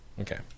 Okay